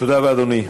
תודה רבה, אדוני.